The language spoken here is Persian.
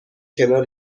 کنار